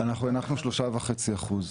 לא, סכום.